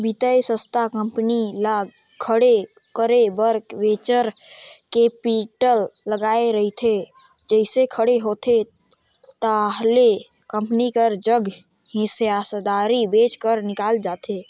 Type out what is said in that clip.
बित्तीय संस्था कंपनी ल खड़े करे बर वेंचर कैपिटल लगाए रहिथे जइसे खड़े होथे ताहले कंपनी कर जग हिस्सादारी बेंच कर निकल जाथे